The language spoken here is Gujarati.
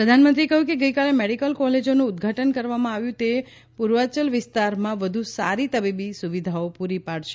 પ્રધાનમંત્રીએ કહ્યું કે ગઇકાલે મેડિકલ કોલેજનું ઉદ્વાટન કરવામાં આવ્યું છે તે પૂર્વાંચલ વિસ્તારમાં વધુ સારી તબીબી સુવિધાઓ પુરી પાડશે